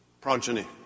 progeny